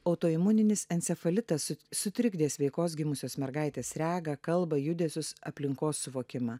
autoimuninis encefalitas sutrikdė sveikos gimusios mergaitės regą kalbą judesius aplinkos suvokimą